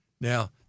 Now